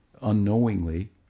unknowingly